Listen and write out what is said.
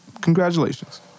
Congratulations